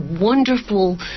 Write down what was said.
wonderful